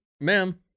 ma'am